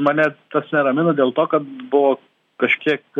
mane tas neramina dėl to kad buvo kažkiek